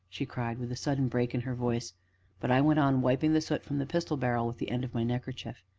she cried with a sudden break in her voice but i went on wiping the soot from the pistol-barrel with the end of my neckerchief.